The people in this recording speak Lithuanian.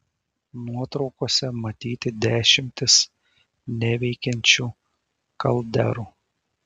nuotraukose matyti dešimtys neveikiančių kalderų